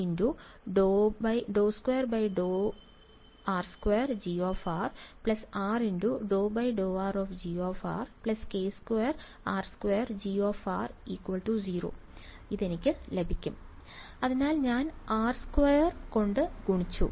അതിനാൽ ഞാൻ ലഭിക്കാൻ പോകുന്നു r2 ddr22G r ddrG k2 r2 G 0 അതിനാൽ ഞാൻ r സ്ക്വയർ കൊണ്ട് ഗുണിച്ചു